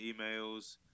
emails